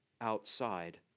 outside